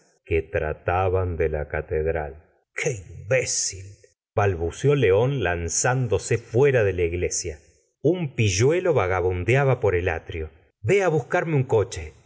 que tr ataban de la catedral imbécil balbuceó león lanzándose fuera de la iglesia un pilluelo vagabundeaba por el atrio vé á buscarme un coche le